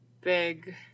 big